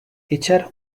itxaron